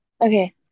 Okay